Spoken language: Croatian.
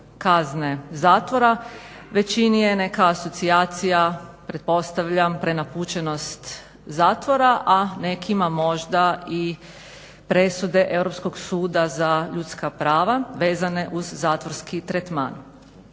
kazne zatvora većini je neka asocijacija pretpostavljam prenapučenost zatvora a nekima možda i presude Europskog suda za ljudska prava vezane uz zatvorski tretman.